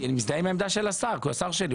אני מזדהה עם העמדה של השר שלי.